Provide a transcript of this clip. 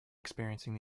experiencing